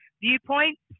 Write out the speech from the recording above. viewpoints